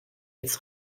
jetzt